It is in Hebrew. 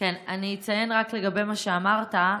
אני אציין רק לגבי מה שאמרת,